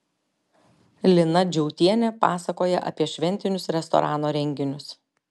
lina džiautienė pasakoja apie šventinius restorano renginius